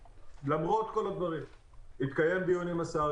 למרות כל הדברים התקיים דיון עם השר,